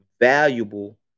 valuable